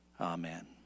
Amen